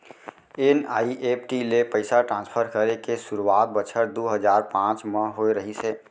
NEFT ले पइसा transfer करे के सुरूवात बछर दू हजार पॉंच म होय रहिस हे